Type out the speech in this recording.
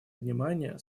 внимание